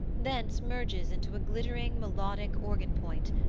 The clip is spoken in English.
thence merges into a glittering melodic organ-point,